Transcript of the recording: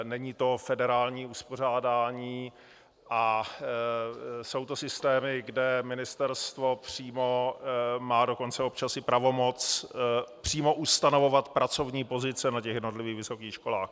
Není to federální uspořádání a jsou to systémy, kde Ministerstvo přímo má dokonce občas i pravomoc přímo ustanovovat pracovní pozice na jednotlivých vysokých školách.